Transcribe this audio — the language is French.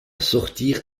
sortir